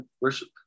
worship